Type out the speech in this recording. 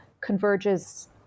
converges